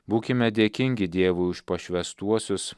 būkime dėkingi dievui už pašvęstuosius